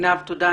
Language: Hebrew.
תודה.